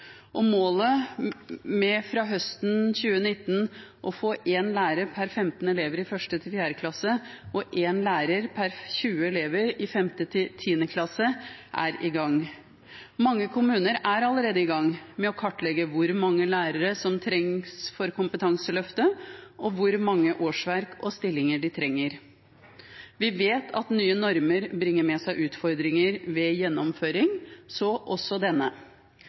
grunnskolen. Målet er at det fra høsten 2019 skal være én lærer per 15 elever i 1.–4. klasse og én lærer per 20 elever i 5.–10. klasse. Mange kommuner er allerede i gang med å kartlegge hvor mange lærere som trenger kompetanseløft, og hvor mange årsverk og stillinger de trenger. Vi vet at nye normer bringer med seg utfordringer ved gjennomføring – så også denne.